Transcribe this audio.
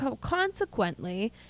consequently